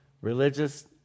religious